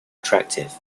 attractive